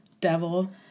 Devil